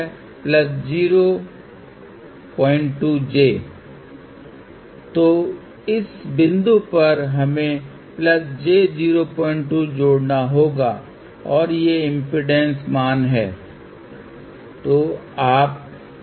इसलिए यहां से सारी पावर इस विशेष लोड इम्पीडेन्स पर जाएगी जो कि 50 Ω नहीं है फिर भी इस मैचिंग तकनीक के कारण हम स्थानांतरित कर रहे हैं बेशक जैसा कि मैंने पहले उल्लेख किया है कि इंडक्टर और कैपेसिटर आदर्श नहीं हैं लेकिन मैंने उल्लेख किया है कि इन इंडक्टर और कैपेसिटर में आमतौर पर कम हानि होती है या कम से कम उन इंडक्टर और कैपेसिटर को चुनें जिसमें कम हानि हो